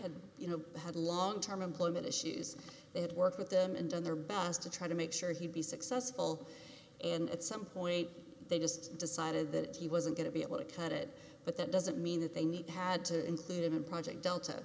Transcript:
had you know had long term employment issues they had worked with them and done their best to try to make sure he'd be successful and at some point they just decided that he wasn't going to be able to cut it but that doesn't mean that they need had to include it in project delta